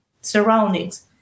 surroundings